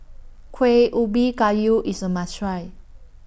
Kuih Ubi Kayu IS A must Try